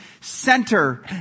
center